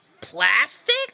plastic